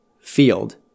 field